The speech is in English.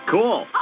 Cool